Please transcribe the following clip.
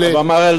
מר אלדד,